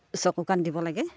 চকু কাণ দিব লাগে